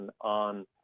on